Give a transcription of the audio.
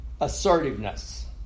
assertiveness